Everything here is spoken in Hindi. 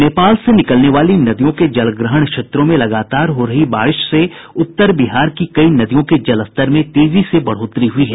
नेपाल से निकलने वाली नदियों के जलग्रहण क्षेत्रों में लगातार हो रही बारिश से उत्तर बिहार की कई नदियों के जलस्तर में तेजी से बढ़ोतरी हुई है